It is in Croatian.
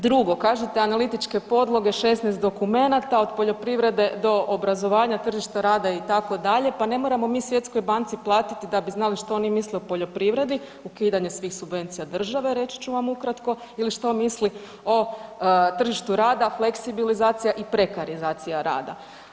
Drugo, kažete analitičke podloge 16 dokumenata od poljoprivrede do obrazovanja, tržišta rada itd., pa ne moramo mi Svjetskoj banci platiti da bi znali što oni misle o poljoprivredi, ukidanje svih subvencija države reći ću vam ukratko ili što misle o tržištu rada fleksibilizacija i prekarizacija rada.